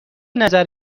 نظر